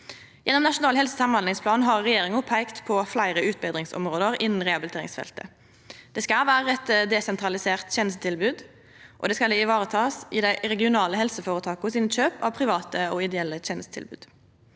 Gjennom Nasjonal helse- og samhandlingsplan har regjeringa peikt på fleire utbetringsområde innan rehabiliteringsfeltet. Det skal vera eit desentralisert tenestetilbod, og det skal varetakast i kjøpa dei regionale helseføretaka gjer av private og ideelle tenestetilbod.